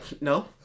no